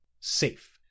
Safe